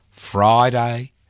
Friday